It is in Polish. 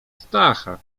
stacha